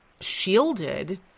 shielded